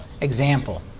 example